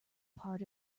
part